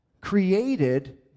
created